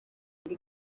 kuri